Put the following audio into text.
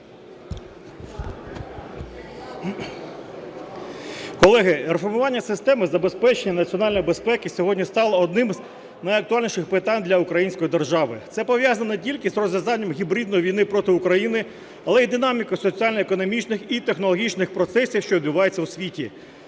Колеги, реформування системи забезпечення національної безпеки сьогодні стало одним із найактуальніших питань для української держави. Це пов'язано не тільки з розв'язанням гібридної війни проти України, але і динамікою соціально-економічних і технологічних процесів, що відбуваються в світі.